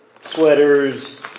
sweaters